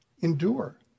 endure